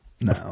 No